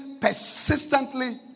persistently